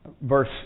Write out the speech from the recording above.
verse